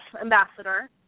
ambassador